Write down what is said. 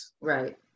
Right